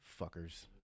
Fuckers